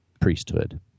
priesthood